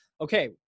okay